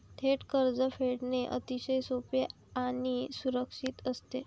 थेट कर्ज फेडणे अतिशय सोपे आणि सुरक्षित असते